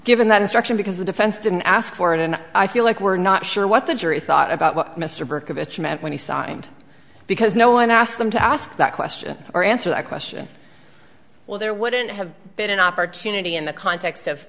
given that instruction because the defense didn't ask for it and i feel like we're not sure what the jury thought about what mr berkovitz meant when he signed because no one asked them to ask that question or answer that question well there wouldn't have been an opportunity in the context of